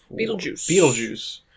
Beetlejuice